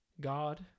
God